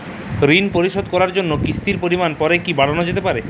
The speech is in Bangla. ঋন পরিশোধ করার জন্য কিসতির পরিমান পরে কি বারানো যেতে পারে?